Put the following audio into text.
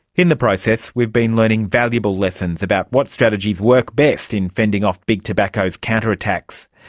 in the process we've been learning valuable lessons about what strategies work best in fending off big tobaccos counter-attacks.